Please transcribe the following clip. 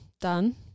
done